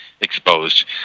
exposed